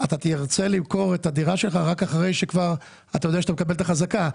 אתה תרצה למכור את הדירה שלך רק אחרי שאתה יודע שאתה מקבל את החזקה.